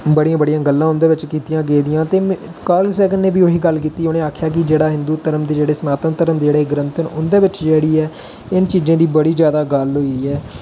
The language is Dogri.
बड़ियां बड़ियां गल्लां उं'दे बिच कीतियां गेदियां ते कार्लसैगन ने बी उ'यै गल्ल कीती उन्नै आखेआ कि जेह्ड़ा हिंदू धर्म दी जेह्ड़ी सनातन धर्म दे ग्रंथ न उं'दे बिच जेह्ड़ी ऐ इ'नें चीजें दी बड़ी जैदा गल्ल होई दी ऐ